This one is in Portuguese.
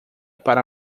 para